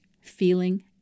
feeling